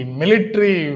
military